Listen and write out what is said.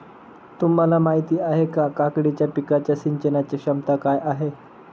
तुम्हाला माहिती आहे का, काकडीच्या पिकाच्या सिंचनाचे क्षमता काय आहे?